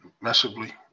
massively